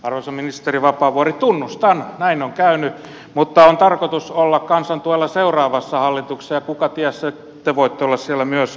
arvoisa ministeri vapaavuori tunnustan näin on käynyt mutta on tarkoitus olla kansan tuella seuraavassa hallituksessa ja kukaties te voitte olla siellä myös ministerinä